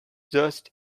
just